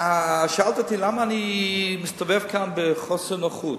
שאלת אותי למה אני מסתובב כאן בחוסר נוחות.